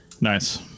Nice